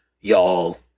y'all